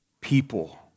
people